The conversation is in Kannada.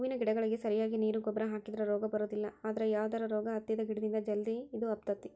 ಹೂವಿನ ಗಿಡಗಳಿಗೆ ಸರಿಯಾಗಿ ನೇರು ಗೊಬ್ಬರ ಹಾಕಿದ್ರ ರೋಗ ಬರೋದಿಲ್ಲ ಅದ್ರ ಯಾವದರ ರೋಗ ಹತ್ತಿದ ಗಿಡದಿಂದ ಜಲ್ದಿ ಇದು ಹಬ್ಬತೇತಿ